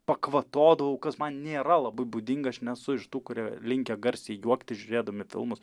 pakvatodavau kas man nėra labai būdinga aš nesu iš tų kurie linkę garsiai juoktis žiūrėdami filmus